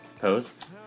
posts